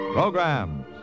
Programs